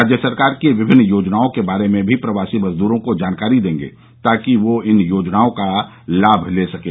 राज्य सरकार की विभिन्न योजनाओं के बारे में भी प्रवासी मजदूरों को जानकारी देंगे ताकि वह इन योजनाओं का लाभ ले सकें